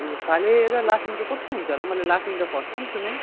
ए फाले र लाफिङ चाहिँ कस्तो हुन्छ होला मैले लाफिङ त फर्स्ट टाइम सुनेँ